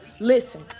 Listen